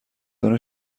داره